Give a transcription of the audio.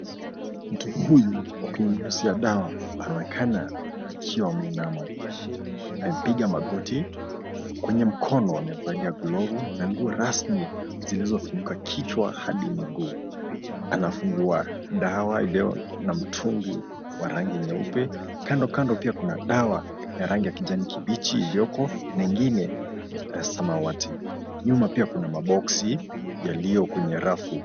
Mtu huyu akinyunyizia dawa anaonekana akiwa ameinama amepiga magoti kwenye mkono amevalia glovu na nguo rasmi zilizofunika kichwa hadi miguu anafungua dawa iliyo kwa mtungi wa rangi nyeupe kandokando pia kuna dawa ya rangi ya kijani kibichi iliyoko na ingine ya samawati, nyuma pia kuna maboxi yaliyo kwenye rafu.